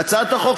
בהצעת החוק,